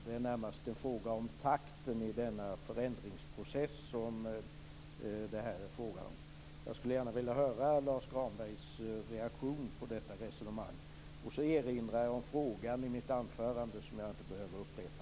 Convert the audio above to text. Det är närmast takten i denna förändringsprocess som det är fråga om. Jag skulle gärna vilja höra Lars Granbergs reaktion på detta resonemang. Dessutom vill jag erinra om frågan i mitt huvudanförande, vilken jag inte behöver upprepa.